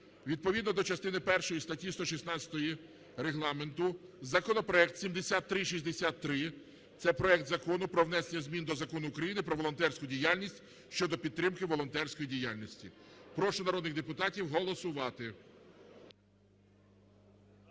відповідно до частини першої статті 116 Регламенту законопроект 7363, це проект Закону про внесення змін до Закону України "Про волонтерську діяльність" щодо підтримки волонтерської діяльності. Прошу народних депутатів голосувати.